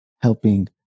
helping